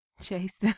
chase